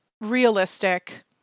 realistic